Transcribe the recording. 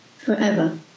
forever